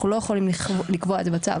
אנחנו לא יכולים לקבוע את זה בצו.